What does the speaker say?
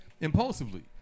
impulsively